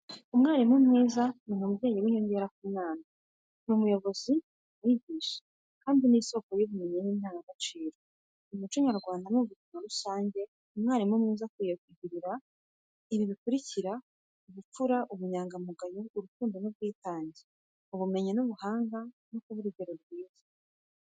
Umwarimu mwiza ni umubyeyi w’inyongera ku mwana, ni umuyobozi n’umwigisha, kandi ni isoko y’ubumenyi n’indangagaciro. Mu muco nyarwanda no mu buzima rusange, umwarimu mwiza akwiye kugira ibi bikurikira: ubupfura n’ubunyangamugayo, urukundo n’ubwitange, ubumenyi n’ubuhanga no kuba urugero rwiza.